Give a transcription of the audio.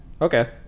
okay